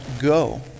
go